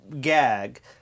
gag